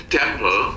temple